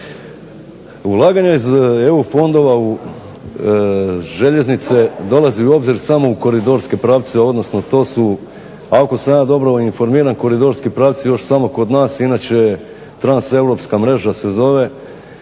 Ulaganja iz EU fondova u željeznice dolazi u obzir samo u koridorske pravce, odnosno to su ako sam ja dobro informiran koridorski pravci još samo kod nas, inače transeuropska mreža se zove.